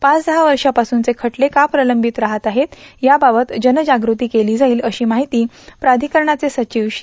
पाच दहा वर्षापासूनचे खटले का प्रतंबित राहत आहेत याबाबत जनजागृती केली जाईल अशी माहिती प्राधिकरणाचे सचिव श्री